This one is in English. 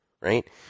right